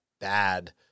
bad